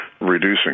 reducing